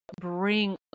bring